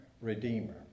redeemer